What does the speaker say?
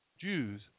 Jews